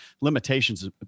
limitations